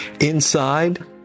Inside